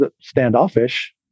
standoffish